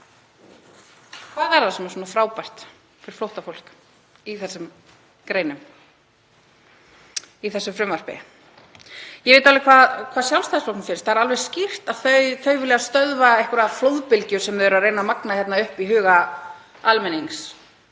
Hvað er það sem er svona frábært fyrir flóttafólk í greinum þessa frumvarps? Ég veit alveg hvað Sjálfstæðisflokknum finnst. Það er alveg skýrt að þau vilja stöðva einhverja flóðbylgju sem þau eru að reyna að magna upp í huga almennings,